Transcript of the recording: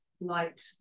light